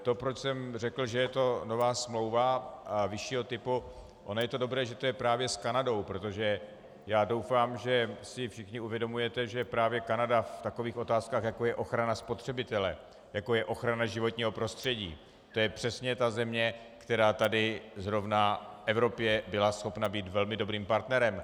To, proč jsem řekl, že je to nová smlouva vyššího typu ono je to dobré, že to je právě s Kanadou, protože já doufám, že si všichni uvědomujete, že právě Kanada v takových otázkách, jako je ochrana spotřebitele, jako je ochrana životního prostředí, to je přesně ta země, která tady zrovna v Evropě byla schopna být velmi dobrým partnerem.